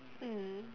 mm